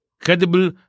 credible